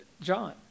John